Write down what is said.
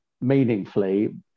meaningfully